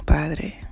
Padre